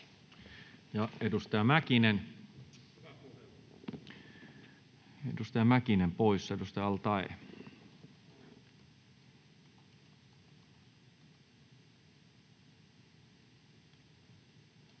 edustaja Mäkinen poissa. — Edustaja al-Taee.